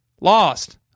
lost